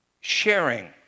sharing